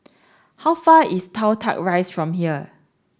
how far is Toh Tuck Rise from here